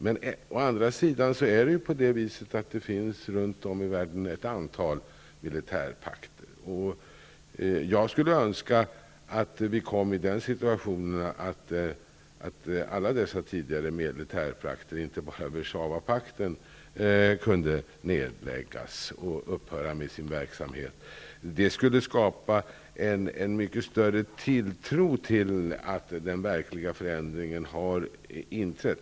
Men runt om i världen finns ändock ett antal militärpakter. Jag skulle önska att vi kom i den situationen att alla dessa militärpakter, inte bara Warszawapakten, kunde nedläggas och upphöra med sin verksamhet. Det skulle skapa en mycket större tilltro till att en verklig förändring har ägt rum.